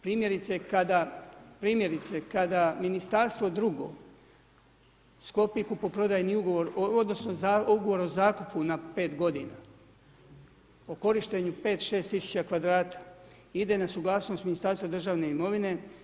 Primjerice, kada primjerice, kada ministarstvo drugo sklopi kupoprodajni ugovor, odnosno, ugovor o zakupu na 5 g. o korištenju 5, 6 tisuća kvadrata, ide na suglasnost Ministarstvo državne imovine.